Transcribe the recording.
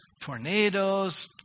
tornadoes